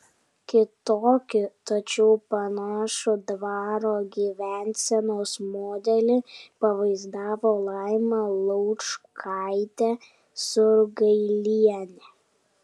kitokį tačiau panašų dvaro gyvensenos modelį pavaizdavo laima laučkaitė surgailienė